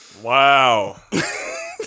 Wow